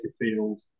field